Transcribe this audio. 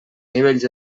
nivells